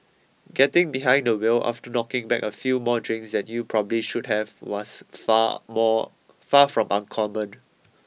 getting behind the wheel after knocking back a few more drinks than you probably should have was far more far from uncommon